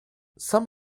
some